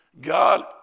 God